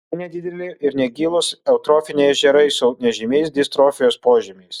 tai nedideli ir negilūs eutrofiniai ežerai su nežymiais distrofijos požymiais